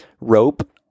Rope